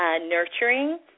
nurturing